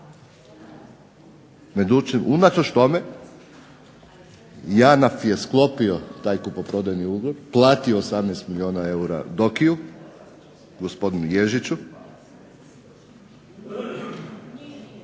unatoč tome JANAF je sklopio taj kupoprodajni ugovor, platio 18 milijuna eura Diokiju, gospodinu Ježiću,